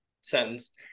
sentence